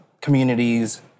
communities